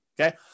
Okay